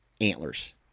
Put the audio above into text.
antlers